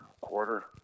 quarter